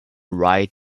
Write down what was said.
ride